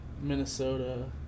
Minnesota